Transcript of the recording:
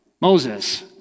Moses